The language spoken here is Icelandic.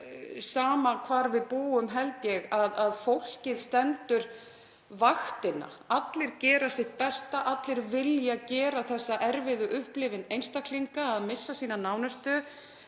sama hvar við búum, held ég, að fólkið stendur vaktina. Allir gera sitt besta. Allir vilja gera þessa erfiðu upplifun einstaklinga að missa sína nánustu